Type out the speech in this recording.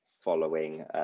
following